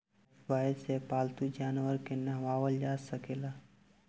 Lifebuoy से पाल्तू जानवर के नेहावल जा सकेला